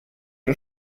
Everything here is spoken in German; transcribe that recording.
den